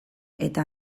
eta